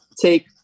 take